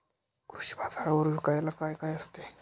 कृषी बाजारावर विकायला काय काय असते?